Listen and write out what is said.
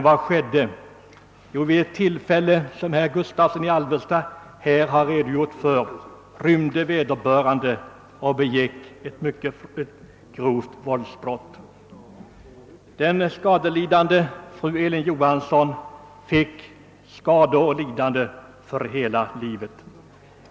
Vid det tillfälle som herr Gustavsson i Alvesta här redogjorde för rymde vederbörande och begick ett mycket grovt våldsbrott. Den skadelidande fru Elin Johansson fick skador för hela livet.